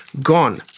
gone